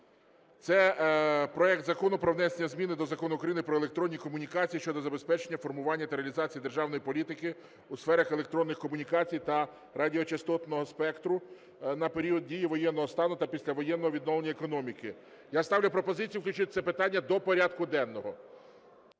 Це проект Закону про внесення зміни до Закону України "Про електронні комунікації" щодо забезпечення формування та реалізації державної політики у сферах електронних комунікацій та радіочастотного спектра на період дії воєнного стану та післявоєнного відновлення економіки. Я ставлю пропозицію включити це питання до порядку денного.